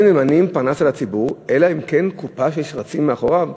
אין ממנים פרנס על הציבור אלא אם כן קופה של שרצים תלויה מאחוריו?